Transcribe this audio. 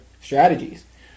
strategies